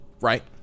Right